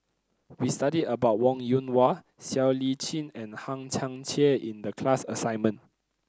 we studied about Wong Yoon Wah Siow Lee Chin and Hang Chang Chieh in the class assignment